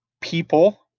people